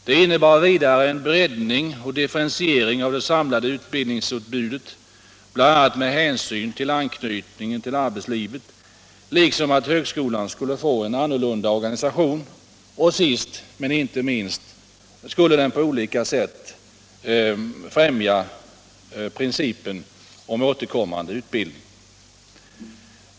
Det innebar vidare en breddning och differentiering av det samlade utbildningsutbudet, bl.a. med hänsyn till anknytningen till arbetslivet, liksom att högskolan skulle få en annorlunda organisation. Och sist men inte minst skulle det på olika sätt främja principen om återkommande utbildning.